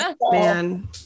Man